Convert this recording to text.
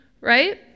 right